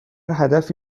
هدفی